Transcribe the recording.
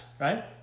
right